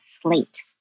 slate